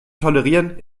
tolerieren